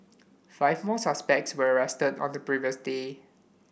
five more suspects were arrested on the previous day